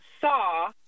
saw